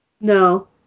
No